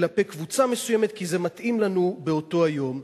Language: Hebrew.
כלפי קבוצה מסוימת, כי זה מתאים לנו באותו היום.